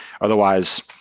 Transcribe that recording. Otherwise